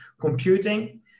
computing